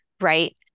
right